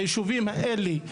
ליישובים האלה,